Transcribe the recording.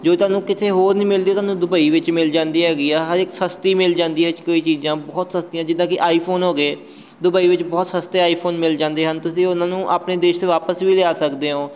ਜੋ ਤੁਹਾਨੂੰ ਕਿੱਥੇ ਹੋਰ ਨਹੀਂ ਮਿਲਦੀ ਤੁਹਾਨੂੰ ਦੁਬਈ ਵਿੱਚ ਮਿਲ ਜਾਂਦੀ ਹੈਗੀ ਆ ਹਰ ਇੱਕ ਸਸਤੀ ਮਿਲ ਜਾਂਦੀ ਹੈ ਇਹ 'ਚ ਕਈ ਚੀਜ਼ਾਂ ਬਹੁਤ ਸਸਤੀਆਂ ਜਿੱਦਾਂ ਕਿ ਆਈਫੋਨ ਹੋ ਗਏ ਦੁਬਈ ਵਿੱਚ ਬਹੁਤ ਸਸਤੇ ਆਈਫੋਨ ਮਿਲ ਜਾਂਦੇ ਹਨ ਤੁਸੀਂ ਉਹਨਾਂ ਨੂੰ ਆਪਣੇ ਦੇਸ਼ 'ਚ ਵਾਪਿਸ ਵੀ ਲਿਆ ਸਕਦੇ ਹੋ